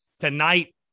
Tonight